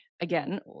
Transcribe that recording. again